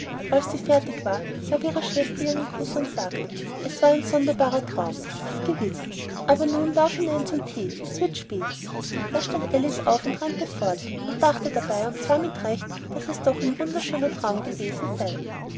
als sie fertig war gab ihre schwester ihr einen kuß und sagte es war ein sonderbarer traum das ist gewiß aber nun lauf hinein zum thee es wird spät da stand alice auf und rannte fort und dachte dabei und zwar mit recht daß es doch ein wunderschöner traum gewesen sei